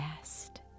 best